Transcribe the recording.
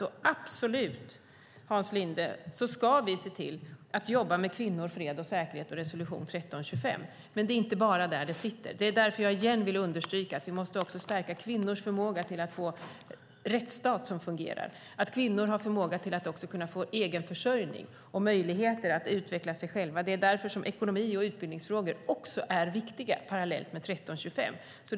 Vi ska absolut, Hans Linde, se till att jobba med kvinnor, fred, säkerhet och resolution 1325. Men det är inte bara där det sitter. Det är därför jag igen vill understryka att vi också måste stärka kvinnors förmåga att få en rättsstat som fungerar, att kvinnor har förmåga att få egen försörjning och möjligheter att utveckla sig själva. Det är därför ekonomi och utbildningsfrågor är viktiga, parallellt med resolution 1325.